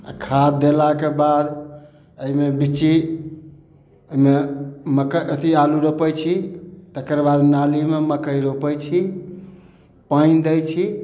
आ खाद देलाके बाद एहिमे बिची ओहिमे मकइ अथी आलू रोपै छी तकर बाद नालीमे मकइ रोपै छी पानि दै छी